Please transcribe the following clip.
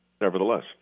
nevertheless